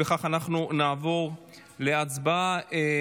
לכן אנחנו נעבור להצבעה.